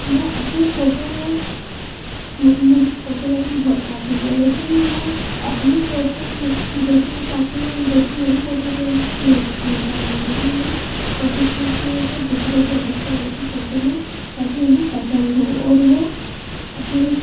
मैं अपने फोटो मुझे फोटो लेने बहुत पसंद है लेकिन मैं अपनी फोटो जैसे मैं चाहती हूँ वैसे मेरी फोटो कोई ले लेता नहीं लेकिन मैं कोशिश करती हूँ की दूसरे के अधिकतर बेसी फोटो लूँ ताकि उन्हें पसंद हो और वो अपनी